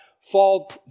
fall